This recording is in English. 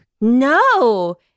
No